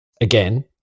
Again